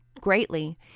greatly